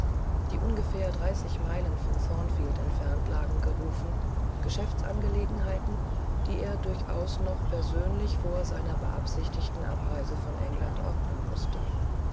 die ungefähr dreißig meilen von thornfield entfernt lagen gerufen geschäftsangelegenheiten die er durchaus noch persönlich vor seiner beabsichtigten abreise von england ordnen mußte